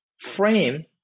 frame